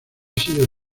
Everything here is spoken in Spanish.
sido